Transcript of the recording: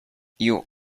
you